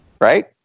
Right